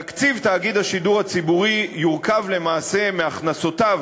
תקציב תאגיד השידור הציבורי יורכב למעשה מהכנסותיו,